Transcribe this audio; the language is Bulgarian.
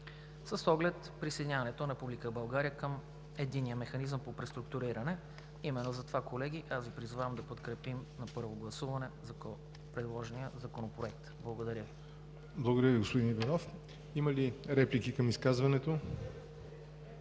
с оглед присъединяването на Република България към Единния механизъм по преструктуриране. Именно затова, колеги, Ви призовавам да подкрепим на първо гласуване предложения законопроект. Благодаря Ви. ПРЕДСЕДАТЕЛ ЯВОР НОТЕВ: Благодаря Ви, господин Иванов. Има ли реплики към изказването?